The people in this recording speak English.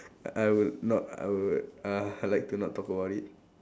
I will not I will uh like to not talk about it